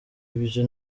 ibye